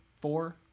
Four